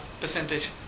percentage